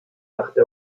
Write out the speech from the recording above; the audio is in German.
achte